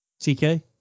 TK